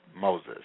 Moses